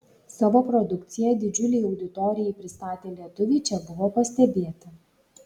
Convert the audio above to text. savo produkciją didžiulei auditorijai pristatę lietuviai čia buvo pastebėti